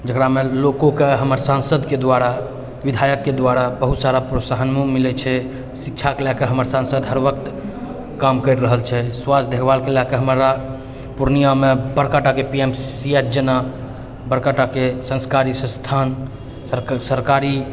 जकरामे लोकोके हमर सांसदके द्वारा विधायकके द्वारा बहुत सारा प्रोत्साहनो मिलै छै शिक्षाके लए कऽ हमर सांसद हर वक्त काम करि रहल छै स्वास्थ्य देखभाल के लए कऽ हमरा पूर्णियामे बड़का टाके पी एम सी एच जेना बड़का टाके सरकारी संस्थान सरकारी